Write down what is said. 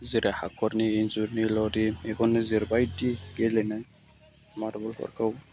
जेरै हाखरनि इन्जुरनि बायदि गेलेनाय मार्बलफोरखौ